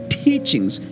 teachings